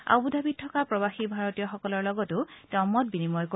আবু ধাবিত থকা প্ৰবাসী ভাৰতীয়সকলৰ লগতো তেওঁ মত বিনিময় কৰিব